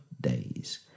days